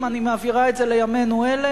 אם אני מעבירה את זה לימינו אלה,